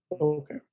Okay